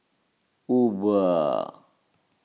Uber